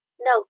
no